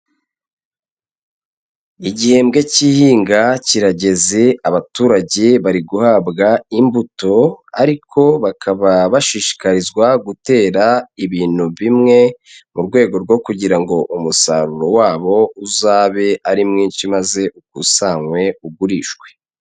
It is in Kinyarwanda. Igihembwe cy'ihinga kirageze, abaturage bari guhabwa imbuto, ariko bakaba bashishikarizwa gutera ibintu bimwe, mu rwego rwo kugira ngo umusaruro wabo uzabe ari mwinshi maze ukusanwe ugurishwe.